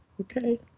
okay